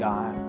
God